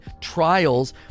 Trials